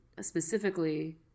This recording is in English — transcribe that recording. specifically